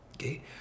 okay